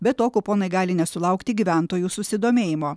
be to kuponai gali nesulaukti gyventojų susidomėjimo